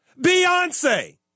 Beyonce